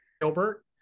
Gilbert